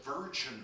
virgin